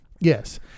Yes